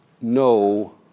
no